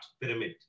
pyramid